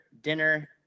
dinner